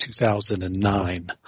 2009